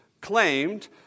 claimed